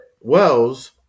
Wells